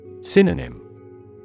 Synonym